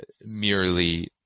merely